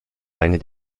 einer